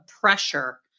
pressure